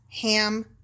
Ham